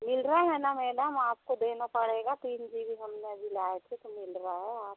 मिल रहा है हैं ना मैडम आपको देना पड़ेगा तीन जी बी हमने अभी लाए थे तो मिल रहा है आप